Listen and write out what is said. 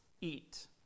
eat